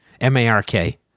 M-A-R-K